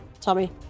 Tommy